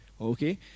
Okay